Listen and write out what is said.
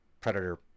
predator